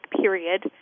period